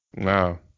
Wow